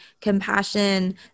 compassion